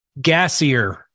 gassier